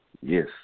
Yes